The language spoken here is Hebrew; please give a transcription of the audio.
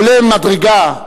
עולה מדרגה,